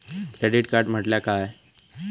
Credit card म्हटल्या काय?